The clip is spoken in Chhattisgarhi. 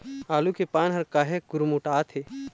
आलू के पान हर काहे गुरमुटाथे?